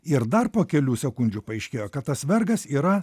ir dar po kelių sekundžių paaiškėjo kad tas vergas yra